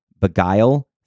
beguile